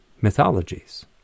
mythologies